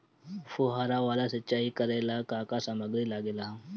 फ़ुहारा वाला सिचाई करे लर का का समाग्री लागे ला?